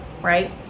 right